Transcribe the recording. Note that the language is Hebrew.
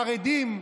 החרדים,